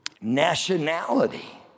nationality